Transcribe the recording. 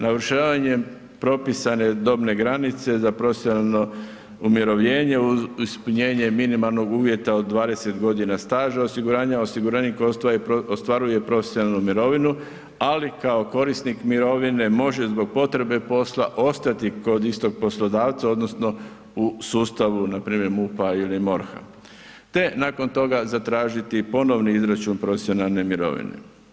Navršavanjem propisane dobne granice za profesionalno umirovljenje uz ispunjenje minimalnog uvjeta od 20 godina staža osiguranja osiguranik ostvaruje profesionalnu mirovinu ali kao korisnik mirovine može zbog potrebe posla ostati kod istog poslodavca odnosno u sustavu npr. MUP-a ili MORH-a te nakon toga zatražiti ponovni izračun profesionalne mirovine.